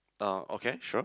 uh okay sure